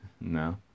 No